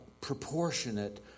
proportionate